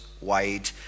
wide